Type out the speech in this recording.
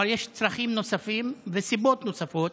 אבל יש צרכים נוספים וסיבות נוספות